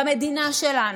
במדינה שלנו,